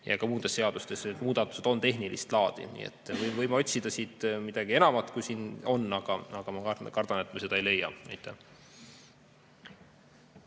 Ka muudes seadustes on muudatused tehnilist laadi. Nii et me võime otsida siit midagi enamat, kui siin on, aga ma kardan, et me seda ei leia.